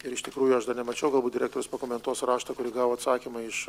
ir iš tikrųjų aš dar nemačiau galbūt direktorius pakomentuos raštą kur gavo atsakymą iš